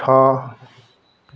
छ